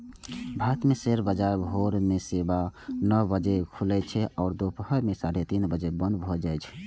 भारत मे शेयर बाजार भोर मे सवा नौ बजे खुलै छै आ दुपहर मे साढ़े तीन बजे बंद भए जाए छै